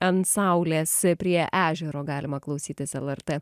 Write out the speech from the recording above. ant saulės prie ežero galima klausytis lrt